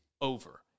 over